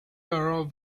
around